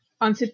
on